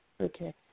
okay